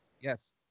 Yes